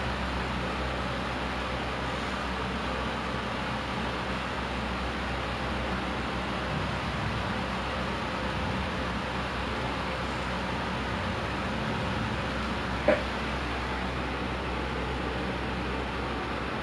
then actually kan dia punya harga pon like tak mahal mana ah like it's still like quite okay I can like kumpul duit ah or maybe like can be just like my immediate family kumpul duit then we just like buy gelang or something I think jewelry is like a good idea